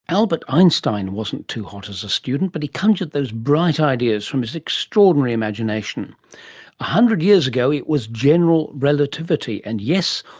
albert einstein wasn't too hot as a student, but he conjured those bright ideas from his extraordinary imagination. one hundred years ago it was general relativity and, yes,